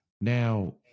Now